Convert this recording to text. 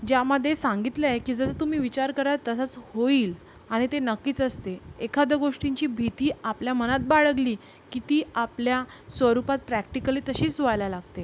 ज्यामध्ये सांगितले आहे की जसं तुम्ही विचार कराल तसाच होईल आणि ते नक्कीच असते एखाद्या गोष्टींची भीती आपल्या मनात बाळगली की ती आपल्या स्वरूपात प्रॅक्टिकली तशीच व्हायला लागते